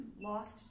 Lost